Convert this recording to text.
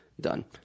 done